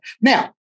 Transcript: Now